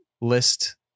list